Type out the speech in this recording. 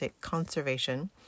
conservation